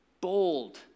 bold